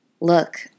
Look